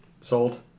Sold